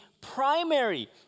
primary